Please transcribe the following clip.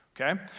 Okay